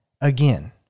again